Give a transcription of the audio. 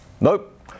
Nope